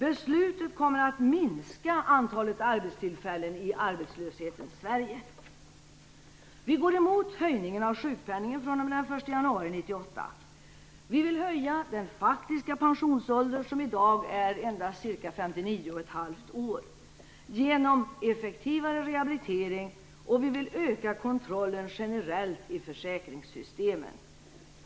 Beslutet kommer att minska antalet arbetstillfällen i arbetslöshetens Sverige. Vi går emot höjningen av sjukpenningen från den 1 januari 1998. Vi vill höja den faktiska pensionsåldern, som i dag endast är 59,5 år, genom effektivare rehabilitering och vi vill öka kontrollen generellt i försäkringssystemen.